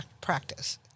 practice